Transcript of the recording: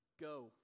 Go